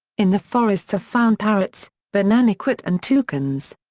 in the forests are found parrots, bananaquit and toucans.